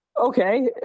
okay